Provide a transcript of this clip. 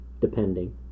depending